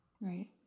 Right